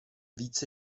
více